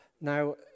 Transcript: Now